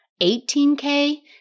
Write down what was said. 18K